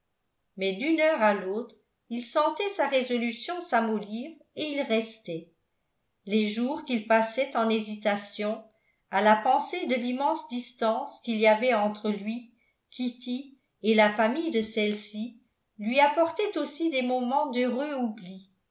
mais d'une heure à l'autre il sentait sa résolution s'amollir et il restait les jours qu'il passait en hésitations à la pensée de l'immense distance qu'il y avait entre lui kitty et la famille de celle-ci lui apportaient aussi des moments d'heureux oubli